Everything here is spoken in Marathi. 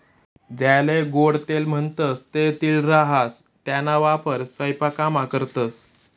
ज्याले गोडं तेल म्हणतंस ते तीळ राहास त्याना वापर सयपाकामा करतंस